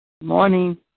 Morning